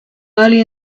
early